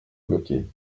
bloquée